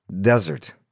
Desert